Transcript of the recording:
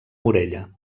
morella